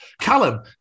Callum